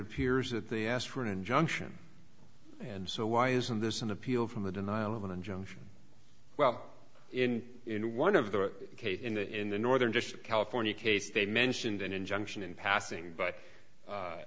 appears that they asked for an injunction and so why isn't this an appeal from the denial of an injunction well in in one of the case in the northern california case they mentioned an injunction in passing but